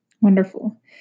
Wonderful